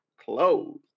clothes